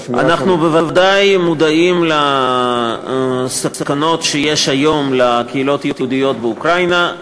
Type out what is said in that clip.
אנחנו בוודאי מודעים לסכנות שנשקפות היום לקהילות היהודיות באוקראינה.